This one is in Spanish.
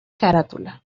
carátula